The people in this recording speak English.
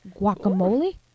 Guacamole